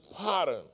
pattern